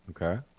Okay